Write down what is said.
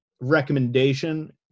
recommendation